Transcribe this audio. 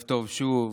ערב טוב, שוב,